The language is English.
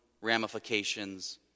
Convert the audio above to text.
ramifications